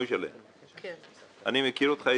אני מכיר אותך.